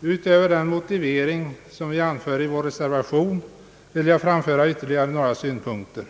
Utöver den motivering som vi anför i vår reservation vill jag framföra ytterligare några synpunkter.